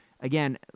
again